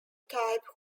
type